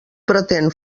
pretén